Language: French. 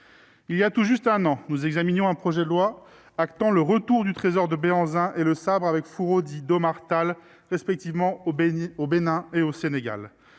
Voilà tout juste un an, nous examinions un projet de loi actant le retour du trésor de Béhanzin et le sabre avec fourreau dit « d'Oumar Tall », respectivement au Bénin et au Sénégal.